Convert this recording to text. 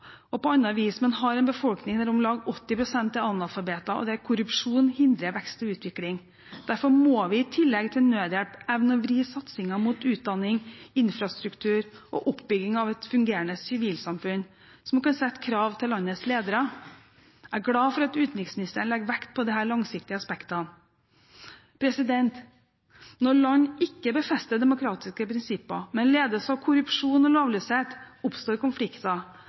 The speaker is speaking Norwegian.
og på andre vis, men har en befolkning der om lag 80 pst. er analfabeter, og der korrupsjon hindrer vekst og utvikling. Derfor må vi, i tillegg til nødhjelp, evne å vri satsingen mot utdanning, infrastruktur og oppbygging av et fungerende sivilsamfunn som kan sette krav til landets ledere. Jeg er glad for at utenriksministeren legger vekt på disse langsiktige aspektene. Når land ikke befester demokratiske prinsipper, men ledes av korrupsjon og lovløshet, oppstår konflikter.